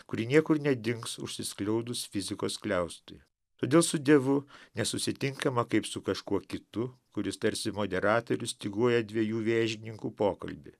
kuri niekur nedings užsiskleidus fizikos skliaustui todėl su dievu nesusitinkama kaip su kažkuo kitu kuris tarsi moderatorius styguoja dviejų vėžininkų pokalbį